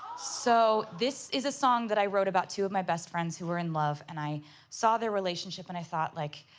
so this is a song i wrote about two of my best friends who were in love and i saw the relationship and i thought, like